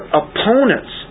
opponents